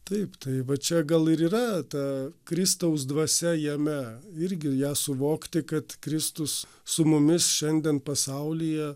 taip tai va čia gal ir yra ta kristaus dvasia jame irgi ją suvokti kad kristus su mumis šiandien pasaulyje